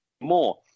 more